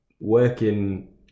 working